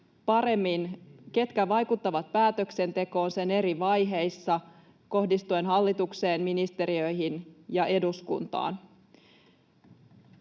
paremmin, ketkä vaikuttavat päätöksentekoon sen eri vaiheissa kohdistuen hallitukseen, ministeriöihin ja eduskuntaan.